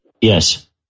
Yes